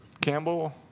Campbell